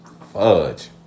fudge